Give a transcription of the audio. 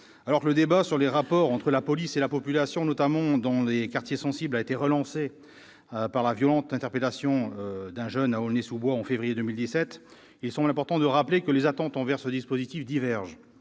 Alors que le débat sur les rapports entre la police et la population, notamment dans les quartiers sensibles, a été relancé par la violente interpellation dont a fait l'objet un jeune homme à Aulnay-sous-Bois en février 2017, il semble important de rappeler que les attentes envers ce dispositif divergent,